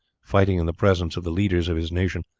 fighting in the presence of the leaders of his nation,